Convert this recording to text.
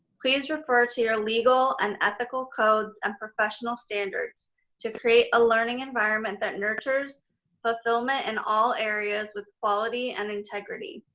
please refer to your legal and ethical codes and professional standards to create a learning environment that nurtures fulfillment in and all areas with quality and integrity.